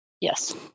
Yes